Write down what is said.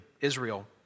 Israel